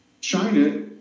China